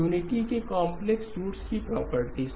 unity के complex roots के properties